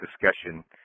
discussion